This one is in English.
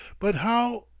but how?